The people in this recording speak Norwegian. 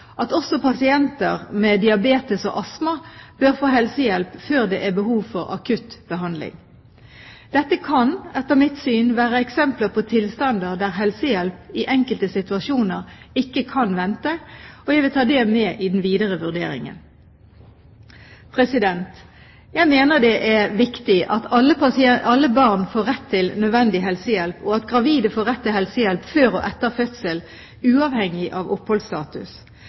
at også pasienter med diabetes og astma bør få helsehjelp før det er behov for akutt behandling. Dette kan – etter mitt syn – være eksempler på tilstander der helsehjelp i enkelte situasjoner ikke kan vente, og jeg vil ta det med i den videre vurderingen. Jeg mener at det er viktig at alle barn får rett til nødvendig helsehjelp, og at gravide får rett til helsehjelp før og etter fødsel, uavhengig av oppholdsstatus.